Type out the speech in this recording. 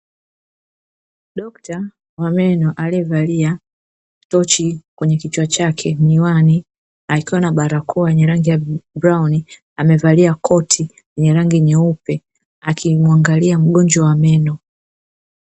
Dokta wa meno aliyevalia tochi kwenye kichwa chake na miwani akiwa na barakoa ya rangi ya brauni, amevalia koti lenye rangi nyeupe akimuangalia mgonjwa wa meno.